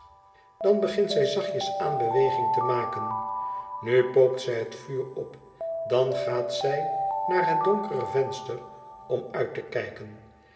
dan begint zij zachtjes aan beweging te maken nu pookt zij het vuur op dan gaat zij naar het donkere venster om uit te kijken